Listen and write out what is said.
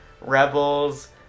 rebels